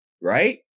Right